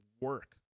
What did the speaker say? work